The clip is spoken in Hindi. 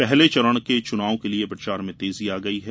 पहले चरण के चनाव के लिए प्रचार में तेजी आ गई है